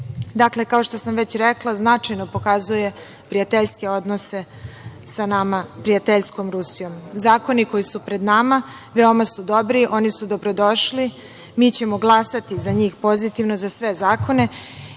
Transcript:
Dakle, kao što sam već rekla, značajno pokazuje prijateljske odnose sa nama prijateljskom Rusijom. Zakoni koji su pred nama su veoma dobri. Oni su dobro došli. Mi ćemo glasati za njih pozitivno za sve zakone,